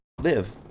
live